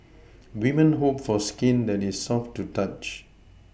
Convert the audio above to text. women hope for skin that is soft to the touch